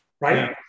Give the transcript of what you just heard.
right